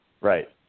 Right